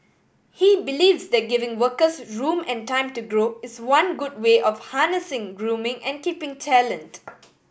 he believes that giving workers room and time to grow is one good way of harnessing grooming and keeping talent